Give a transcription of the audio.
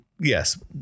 yes